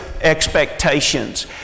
expectations